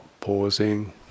pausing